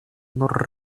nur